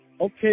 Okay